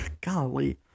golly